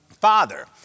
Father